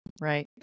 Right